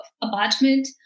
apartment